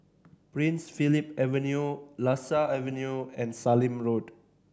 Prince Philip Avenue Lasia Avenue and Sallim Road